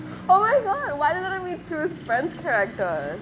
oh my god why didn't we choose friend's characters